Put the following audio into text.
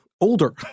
older